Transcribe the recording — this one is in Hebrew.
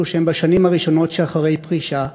אלו שהם בשנים הראשונות שאחרי פרישה,